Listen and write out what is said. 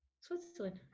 Switzerland